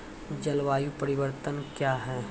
जलवायु परिवर्तन कया हैं?